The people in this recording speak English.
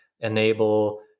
enable